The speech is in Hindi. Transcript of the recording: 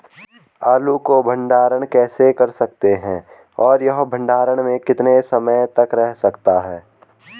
आलू को भंडारण कैसे कर सकते हैं और यह भंडारण में कितने समय तक रह सकता है?